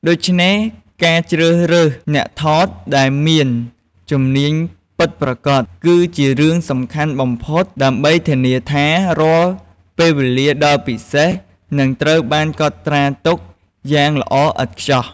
ដូច្នេះ ការជ្រើសរើសអ្នកថតដែលមានជំនាញពិតប្រាកដ គឺជារឿងសំខាន់បំផុតដើម្បីធានាថា រាល់ពេលវេលាដ៏ពិសេសនឹងត្រូវបានកត់ត្រាទុកយ៉ាងល្អឥតខ្ចោះ។